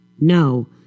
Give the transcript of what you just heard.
No